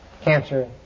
cancer